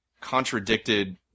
contradicted